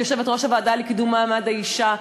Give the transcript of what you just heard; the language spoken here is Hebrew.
כיושבת-ראש הוועדה לקידום מעמד האישה,